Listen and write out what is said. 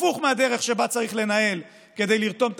הפוך מהדרך שבה צריך לנהל כדי לרתום את